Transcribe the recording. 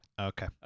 Okay